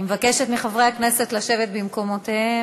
אני מבקשת מחברי הכנסת לשבת במקומותיהם.